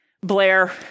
Blair